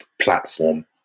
platform